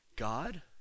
God